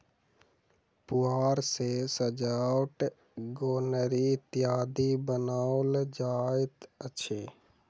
पुआर सॅ सजौट, गोनरि इत्यादि बनाओल जाइत अछि